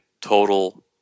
total